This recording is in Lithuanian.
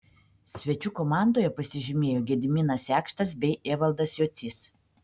svečių komandoje pasižymėjo gediminas jakštas bei evaldas jocys